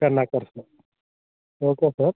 ten acres okay sir